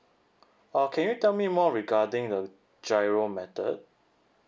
uh okay tell me more regarding the giro method